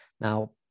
Now